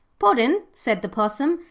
puddin', said the possum,